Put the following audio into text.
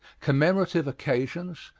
commemorative occasions,